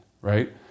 right